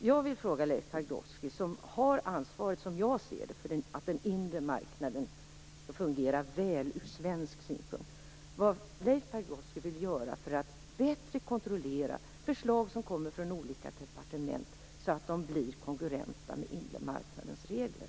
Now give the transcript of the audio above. Jag vill fråga Leif Pagrotsky, som enligt min mening har ansvaret för att den inre marknaden skall fungera väl ur svensk synpunkt, vad Leif Pagrotsky vill göra för att bättre kontrollera förslag som kommer från olika departement så att de blir kongruenta med den inre marknadens regler.